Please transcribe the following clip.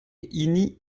hini